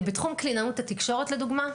בתחום קלינאות התקשורת לדוגמה,